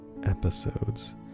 episodes